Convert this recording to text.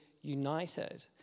united